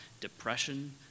depression